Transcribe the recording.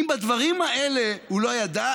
אם בדברים האלה הוא לא ידע,